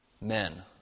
men